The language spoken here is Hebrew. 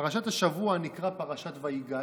פרשת השבוע נקראת פרשת וייגש,